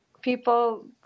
people